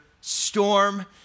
storm